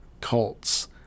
Cults